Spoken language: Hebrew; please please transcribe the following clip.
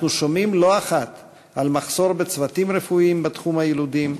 אנחנו שומעים לא אחת על מחסור בצוותים רפואיים בתחום היילודים,